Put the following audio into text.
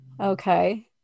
Okay